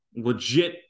legit